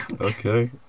Okay